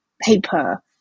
paper